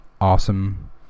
awesome